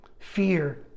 fear